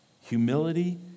humility